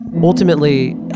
ultimately